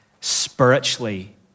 spiritually